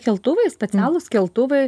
keltuvai specialūs keltuvai